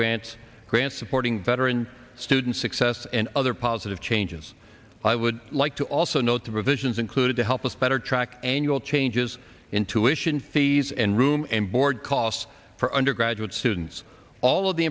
grants grants supporting veteran student success and other positive changes i would like to also note the provisions included to help us better track annual changes intuition fees and room and board costs for undergraduate students all of the